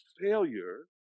failure